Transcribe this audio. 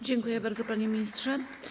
Dziękuję bardzo, panie ministrze.